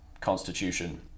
Constitution